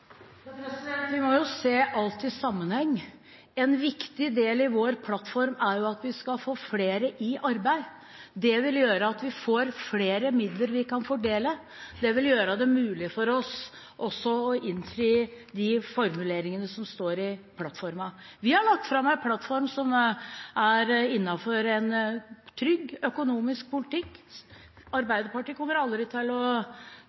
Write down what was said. Vi må se alt i sammenheng. En viktig del av vår plattform er at vi skal få flere i arbeid. Det vil gjøre at vi får flere midler vi kan fordele. Det vil gjøre det mulig for oss å innfri de formuleringene som står i plattformen. Vi har lagt fram en plattform som er innenfor en trygg økonomisk politikk. Arbeiderpartiet kommer aldri til å